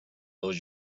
dos